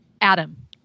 Adam